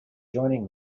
joining